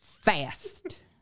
Fast